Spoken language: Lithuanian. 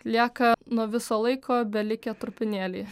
lieka nuo viso laiko belikę trupinėliai